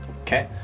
Okay